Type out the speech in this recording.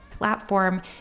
Platform